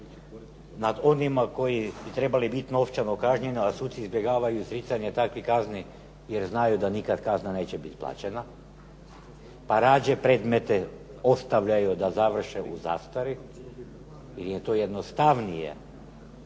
nad onima koji bi trebali biti novčano kažnjeni, a suci izbjegavaju izricanje takvih kazni jer znaju da nikad kazna neće biti plaćena, a radije predmete ostavljaju da završe u zastari ili je to jednostavnije,